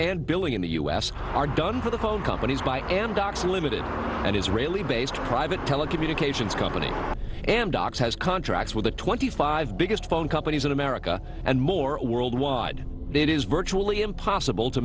and billing in the us are done for the phone companies by amdocs ltd and israeli based private telecommunications company amdocs has contracts with the twenty five biggest phone companies in america and more worldwide it is virtually impossible to